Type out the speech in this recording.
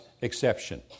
exception